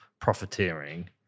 profiteering